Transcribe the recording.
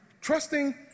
Trusting